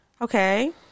Okay